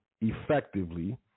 effectively